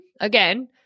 again